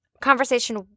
Conversation